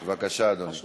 בבקשה, אדוני.